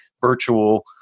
virtual